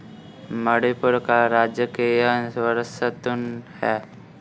मणिपुर का राजकीय वृक्ष तून है